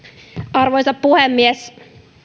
arvoisa puhemies